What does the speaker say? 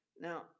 Now